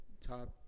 top